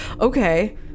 Okay